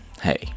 hey